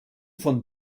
von